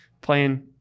playing